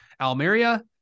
Almeria